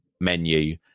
menu